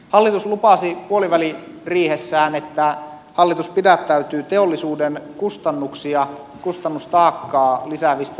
hallitus lupasi puoliväliriihessään että hallitus pidättäytyy teollisuuden kustannuksia kustannustaakkaa lisäävistä säätelyhankkeista